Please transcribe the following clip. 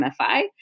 MFI